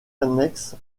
annexe